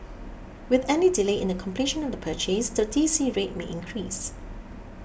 with any delay in the completion of the purchase the D C rate may increase